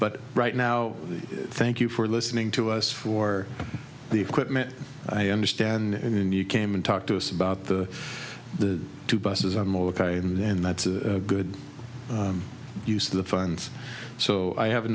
but right now thank you for listening to us for the equipment i understand and then you came and talked to us about the the two buses i'm ok and then that's a good use of the funds so i have